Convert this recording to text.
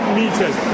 meters